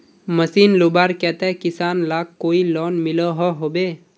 Machine लुबार केते किसान लाक कोई लोन मिलोहो होबे?